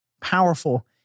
powerful